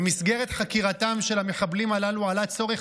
במסגרת חקירתם של המחבלים הללו עלה צורך